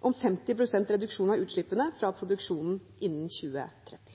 om 50 pst. reduksjon av utslippene fra produksjonen innen 2030.